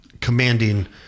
commanding